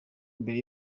mbere